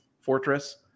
fortress